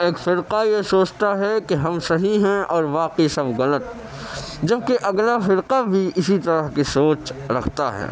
ایک فرقہ یہ سوچتا ہے کہ ہم صحیح ہیں اور باقی سب غلط جب کہ اگلا فرقہ بھی اسی طرح کی سوچ رکھتا ہے